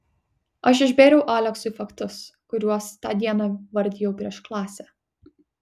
aš išbėriau aleksui faktus kuriuos tą dieną vardijau prieš klasę